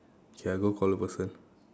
okay I go call the person